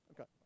Okay